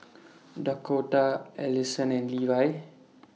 Dakotah Alyson and Levie